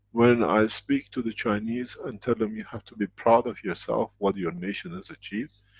when i speak to the chinese and tell them you have to be proud of yourself what your nation has achieved